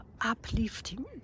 uplifting